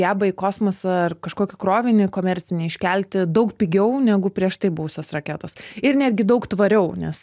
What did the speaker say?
geba į kosmosą ar kažkokį krovinį komercinį iškelti daug pigiau negu prieš tai buvusios raketos ir netgi daug tvariau nes